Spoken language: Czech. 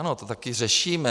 Ano, to taky řešíme.